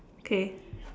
okay